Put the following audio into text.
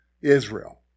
Israel